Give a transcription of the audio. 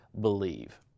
believe